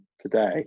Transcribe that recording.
today